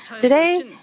today